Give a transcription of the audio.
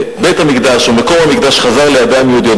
בית-המקדש, או מקום המקדש, חזר לידיים יהודיות.